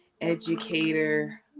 educator